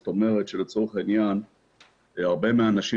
זאת אומרת שלצורך העניין הרבה מהאנשים